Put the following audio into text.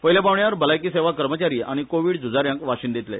पयल्या पावण्यार भलायकी सेवा कर्मचारि आनी कोविड झुजार्यांक वाशीन दितले